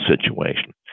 situation